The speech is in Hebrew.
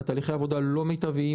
תהליכי העבודה לא מיטביים,